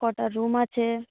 কটা রুম আছে